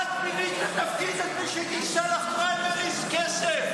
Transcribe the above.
את מילאת את התפקיד של מי שניגשה לפריימריז --- תודה.